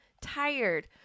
tired